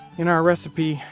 in our recipe,